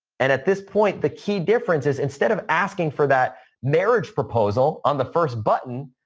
and at this point, the key differences instead of asking for that marriage proposal on the first button,